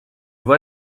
vois